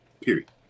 period